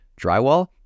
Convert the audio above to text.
Drywall